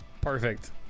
Perfect